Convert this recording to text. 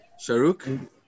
Sharuk